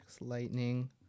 lightning